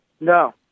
No